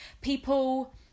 People